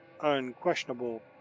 unquestionable